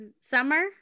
Summer